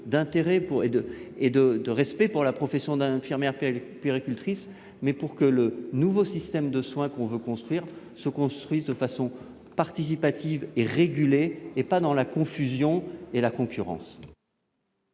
d'intérêt ou de respect pour la profession d'infirmière puéricultrice, mais pour que le nouveau système de soins se construise de façon participative et régulée, et non dans la confusion et la concurrence.